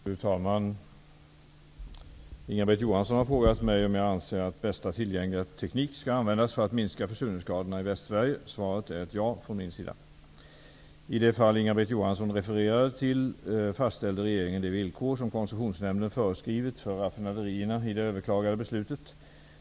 Fru talman! Inga-Britt Johansson har frågat mig om jag anser att bästa tillgängliga teknik skall användas för att minska försurningsskadorna i Västsverige. Svaret är ett ja från min sida. I det fall Inga-Britt Johansson refererade till fastställde regeringen de villkor, som koncessionsnämnden föreskrivit för raffinaderierna i det överklagande beslutet.